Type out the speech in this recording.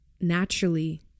naturally